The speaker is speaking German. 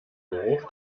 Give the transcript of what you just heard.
geruch